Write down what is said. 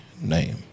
name